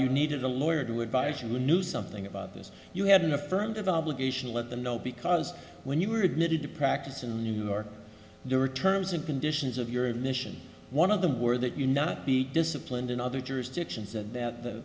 you needed a lawyer to advise you knew something about this you had an affirmative obligation to let them know because when you were admitted to practice in new york during terms and conditions of your admission one of them were that you not be disciplined in other jurisdictions and that